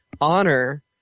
honor